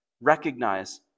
recognize